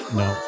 no